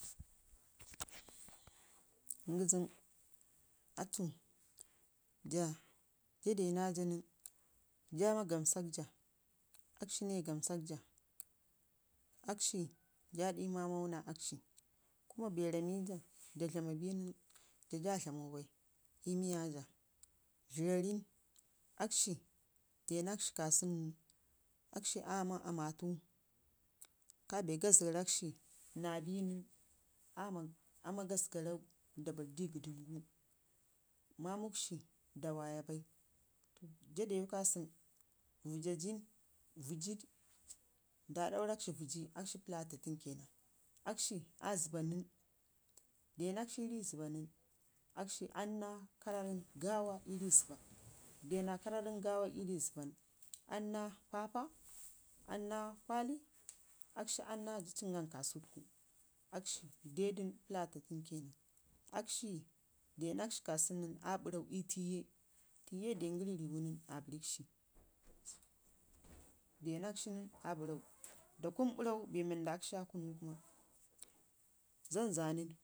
Ngəzəm, atu jaa jade naa jaa ma gamsakja askshi ne gamsakja akshi jaa ɗil maman naa akshi kuma bee ramɗ jaa jaa dlama bi nən jaa dlamau bai ii miya jaa dlərə aə ən akshi denakshi kasu nən akshi aama aamatu kabe gas garakshi naa bi nən aama aama gasgarau nda bardi gəddəngu mamukshi da waya bai aa dan kasən vəgi uəjjajin nda daurakshi vəjji akshi palataatin kenan akshi aa zəbba nən de nakshi ii rii zəbba nən akshi anna kararen Daawa ii rii Zəbba, de naa karrarən gaawan ii rii zəbba nən anna paapa, anna kwali akshi anna jaa cingan kasatuka kasu tuku dedun pulatatin kenan akshi denak shi kagən nən aa bə rrau ii tiye tiye dan gəri ii riiwun aa barrici de neyeshi nən bee nwi wanda akshi aa kunu kuma. Zanzama